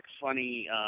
funny